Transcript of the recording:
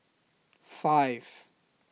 five